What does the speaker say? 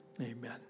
amen